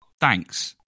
thanks